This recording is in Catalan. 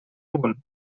punt